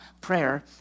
prayer